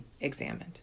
examined